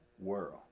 world